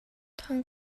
thawng